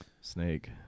snake